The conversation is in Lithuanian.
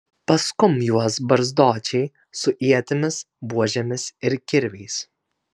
paskum juos barzdočiai su ietimis buožėmis ir kirviais